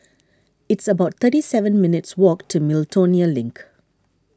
it's about thirty seven minutes' walk to Miltonia Link